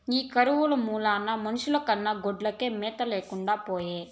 ఈ కరువు మూలాన మనుషుల కన్నా గొడ్లకే మేత లేకుండా పాయె